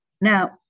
Now